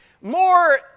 more